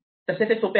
तसे ते सोपे आहे